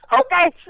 okay